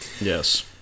Yes